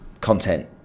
content